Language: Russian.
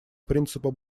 принципа